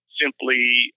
Simply